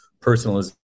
personalization